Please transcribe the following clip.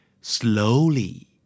slowly